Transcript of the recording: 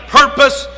purpose